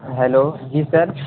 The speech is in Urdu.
ہیلو جی سر